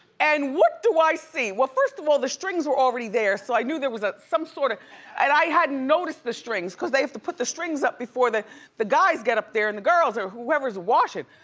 and what do i see? well first of all, the strings were already there so i knew there was ah some sort of, and i had noticed the strings, cause they have to put the strings up before the the guys get up there and the girls, or whoever's washing.